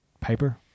paper